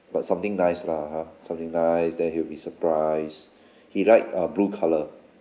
but something nice lah ha something nice then he'll be surprise he like uh blue colour